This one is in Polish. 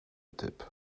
typ